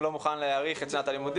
הוא לא מוכן להאריך את שנת הלימודים,